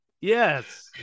Yes